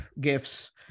gifts